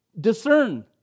discern